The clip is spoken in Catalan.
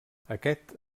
aquest